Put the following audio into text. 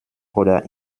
oder